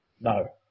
No